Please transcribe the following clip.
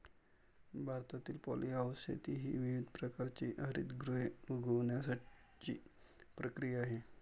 भारतातील पॉलीहाऊस शेती ही विविध प्रकारची हरितगृहे उगवण्याची प्रक्रिया आहे